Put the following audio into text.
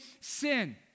sin